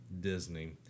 Disney